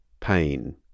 pain